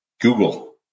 Google